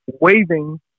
waving